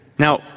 Now